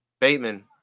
Bateman